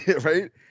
right